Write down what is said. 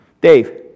Dave